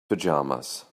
pajamas